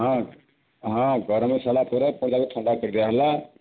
ହଁ ହଁ ଗରମ ସରିଲା ପରେ ପୁଣି ତାକୁ ଥଣ୍ଡା କରି ଦିଆହେଲା